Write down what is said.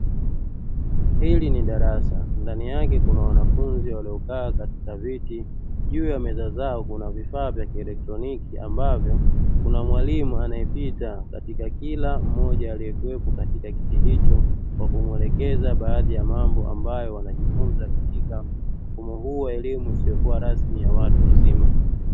Hili ni darasa, ndani yake kuna wanafunzi wanaokaa katika viti, juu ya meza zao kuna vifaa vya kielektroniki ambavyo kuna mwalimu anaepita kwa kila mmoja aliyekuwepo katika kiti hicho kwa kumuelekeza baadhi ya mambo wanaojifunza katika mfumo huu wa elimu isiyo rasmi ya watu wazima.